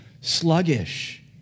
sluggish